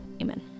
Amen